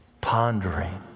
pondering